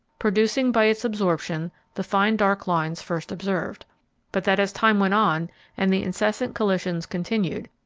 producing by its absorption the fine dark lines first observed but that as time went on and the incessant collisions continued,